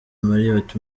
marriot